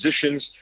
positions